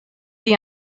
the